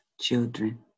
children